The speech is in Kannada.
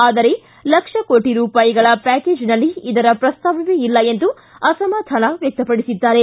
ಆದರೆ ಲಕ್ಷ ಕೋಟಿ ರೂಪಾಯಿಗಳ ಪ್ಯಾಕೇಜ್ನಲ್ಲಿ ಇದರ ಪ್ರಸ್ತಾವವೇ ಇಲ್ಲ ಎಂದು ಅಸಮಾಧಾನ ವ್ಯಕ್ತಪಡಿಸಿದ್ದಾರೆ